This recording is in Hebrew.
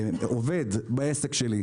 עובד בעסק שלי,